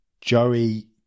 Joey